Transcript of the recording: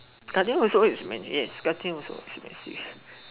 Guardian also is Guardian also expensive